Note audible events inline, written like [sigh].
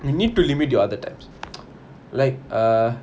you need to limit your other times [noise] like err